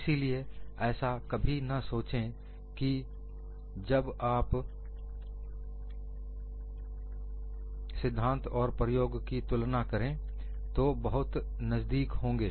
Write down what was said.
इसीलिए ऐसा कभी न सोचे कि जब आप सिद्धांत और प्रयोग की तुलना करें तो बहुत ही नजदीक होंगे